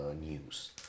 news